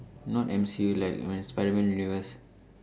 not M_C_U like when Spiderman universe